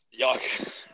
Yuck